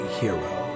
hero